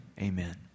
amen